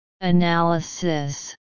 Analysis